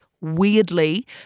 weirdly